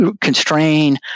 constrain